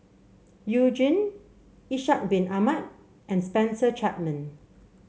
You Jin Ishak Bin Ahmad and Spencer Chapman